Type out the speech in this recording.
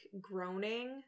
groaning